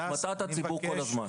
את מטעה את הציבור כל הזמן.